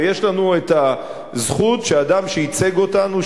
ויש לנו הזכות שאדם שייצג אותנו,